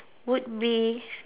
would be